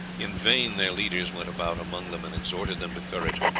in vain their leaders went about among them and exhorted them to courage,